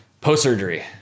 Post-surgery